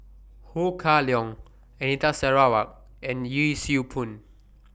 Ho Kah Leong Anita Sarawak and Yee Siew Pun